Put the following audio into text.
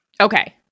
Okay